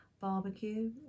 barbecue